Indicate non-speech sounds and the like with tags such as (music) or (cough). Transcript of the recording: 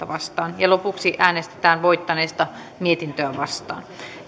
(unintelligible) vastaan lopuksi äänestetään voittaneesta mietintöä vastaan